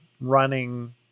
running